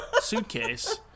suitcase